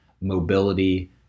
mobility